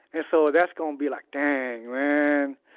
and so that's gonna and be like, dang, man.